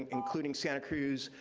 including santa cruz,